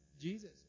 Jesus